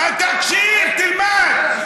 תקשיב, תלמד.